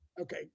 Okay